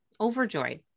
overjoyed